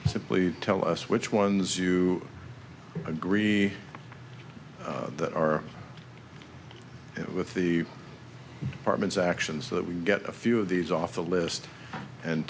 simply tell us which ones you agree that or with the apartments actions that we get a few of these off the list and